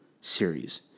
series